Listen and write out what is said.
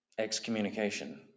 Excommunication